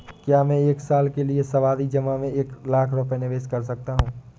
क्या मैं एक साल के लिए सावधि जमा में एक लाख रुपये निवेश कर सकता हूँ?